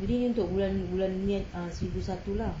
jadi untuk bulan ni bulan ni ah seribu satu lah